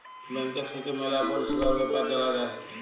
ব্যাংকের থাক্যে ম্যালা পরিষেবার বেপার জালা যায়